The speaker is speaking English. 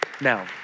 now